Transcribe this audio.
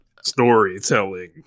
Storytelling